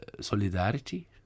solidarity